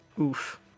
oof